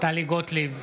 טלי גוטליב,